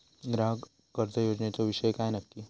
ग्राहक कर्ज योजनेचो विषय काय नक्की?